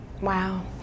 Wow